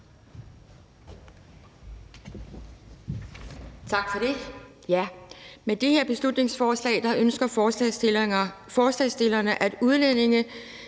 Tak for det.